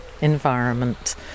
environment